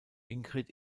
ingrid